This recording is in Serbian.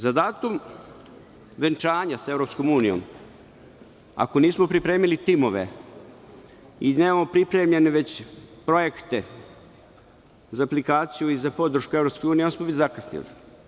Za datum venčanja sa EU, ako nismo pripremili timove i nemamo već pripremljene projekte za aplikaciju i za podršku EU, onda smo mi zakasnili.